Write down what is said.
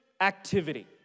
activity